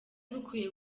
bukwiye